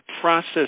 process